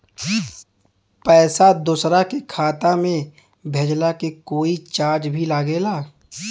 पैसा दोसरा के खाता मे भेजला के कोई चार्ज भी लागेला?